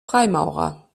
freimaurer